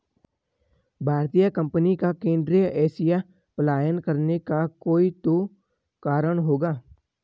भारतीय कंपनी का केंद्रीय एशिया पलायन करने का कोई तो कारण होगा